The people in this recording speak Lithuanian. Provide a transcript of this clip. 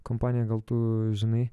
kompanija gal tu žinai